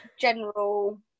general